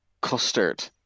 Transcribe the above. custard